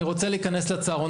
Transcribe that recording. אני רוצה להיכנס לצהרון.